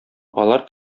алар